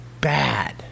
bad